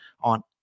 on